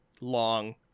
long